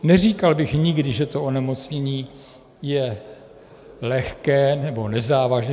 Neříkal bych nikdy, že to onemocnění je lehké nebo nezávažné.